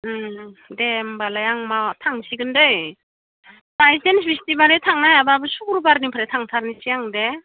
दे होमब्लालाय आं थांसिगोनदै बायचान्स बिस्तिबारै थांनो हायाब्लाबो शुक्रुबारनिफ्राय थांथारनोसै आं दे